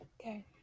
Okay